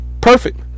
perfect